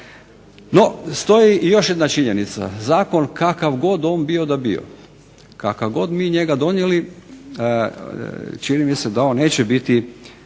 No, stoji i još jedna činjenica. Zakon kakav god on bio da bio, kakav god mi njega donijeli čini mi se da on neće biti